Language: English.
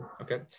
Okay